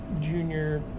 junior